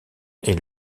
est